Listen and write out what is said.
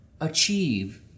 achieve